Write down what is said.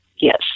Yes